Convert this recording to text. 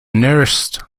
nearest